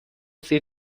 sie